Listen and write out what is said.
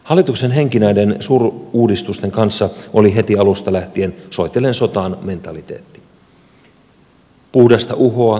hallituksen henki näiden suuruudistusten kanssa oli heti alusta lähtien soitellen sotaan mentaliteetti puhdasta uhoa ja ylimielisyyttä